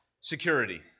security